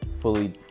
fully